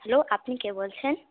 hello আপনি কে বলছেন